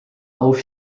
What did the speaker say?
auf